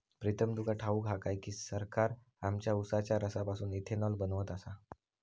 प्रीतम तुका ठाऊक हा काय की, सरकार आमच्या उसाच्या रसापासून इथेनॉल बनवत आसा